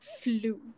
flew